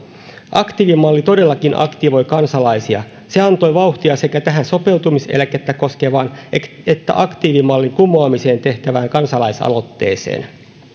aktiivimalli todellakin aktivoi kansalaisia se antoi vauhtia sekä tähän sopeutumiseläkettä koskevaan että että aktiivimallin kumoamiseen tähtäävään kansalaisaloitteeseen